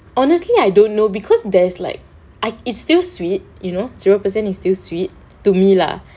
honestly I don't know because there's like I it still sweet you know zero percent is still sweet to me lah